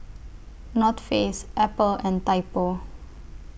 North Face Apple and Typo